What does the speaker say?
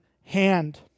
hand